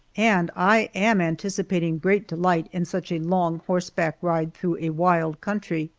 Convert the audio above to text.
and i am anticipating great delight in such a long horseback ride through a wild country.